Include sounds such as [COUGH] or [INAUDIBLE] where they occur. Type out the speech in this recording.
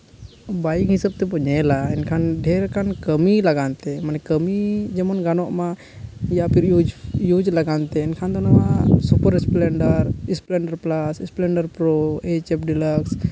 bike ᱦᱤᱥᱟᱹᱵ ᱛᱮᱵᱚᱱ ᱧᱮᱞᱟ ᱮᱱᱠᱷᱟᱱ ᱰᱷᱮᱹᱨ ᱠᱟᱱ ᱠᱟᱹᱢᱤ ᱞᱟᱜᱟᱫ ᱛᱮ ᱠᱟᱹᱢᱤ ᱡᱮᱢᱚᱱ ᱜᱟᱱᱚᱜ ᱢᱟ ᱡᱮ ᱟᱯᱮ ᱤᱭᱩᱡᱽ ᱞᱮᱠᱟᱱ ᱛᱮ ᱮᱱᱠᱷᱟᱱ ᱫᱚ ᱱᱚᱣᱟ super splendor splendor plus splendor pro H F [UNINTELLIGIBLE]